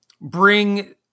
bring